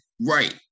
Right